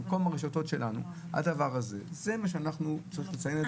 במקום הרשתות שלנו צריך לציין את זה.